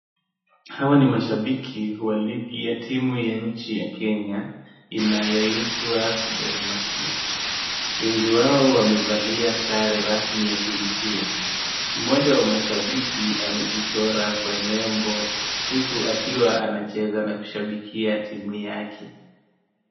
Hawa ni mashabiki wa ligi ya timu ya nchi ya Kenya inayoitwa Gor Mahia. Wengi wao wamevalia sare rasmi ya timu hiyo. Mmoja wa mashabiki amejichora kwa nembo, huku akiwa anacheza na kushabikia timu yake.